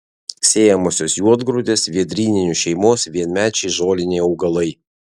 sėjamosios juodgrūdės vėdryninių šeimos vienmečiai žoliniai augalai